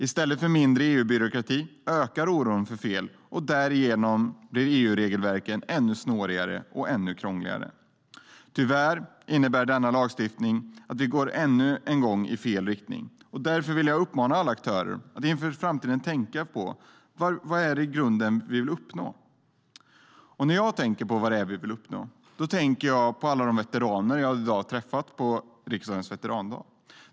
I stället för att vi får mindre EU-byråkrati ökar oron för fel, och därigenom blir EU-regelverken ännu snårigare och krångligare. Tyvärr innebär denna lagstiftning att vi ännu en gång går i fel riktning. Därför vill jag uppmana alla aktörer att inför framtiden tänka på vad det är som vi i grunden vill uppnå. När jag tänker på vad det är vi vill uppnå tänker jag på alla de veteraner som jag har träffat i dag, på riksdagens veterandag.